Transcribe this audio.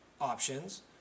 options